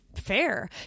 fair